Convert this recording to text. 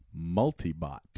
Multibot